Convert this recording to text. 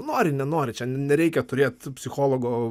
nori nenori čia nereikia turėt psichologo